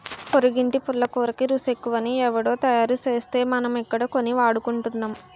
పొరిగింటి పుల్లకూరకి రుసెక్కువని ఎవుడో తయారుసేస్తే మనమిక్కడ కొని వాడుకుంటున్నాం